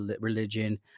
religion